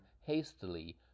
hastily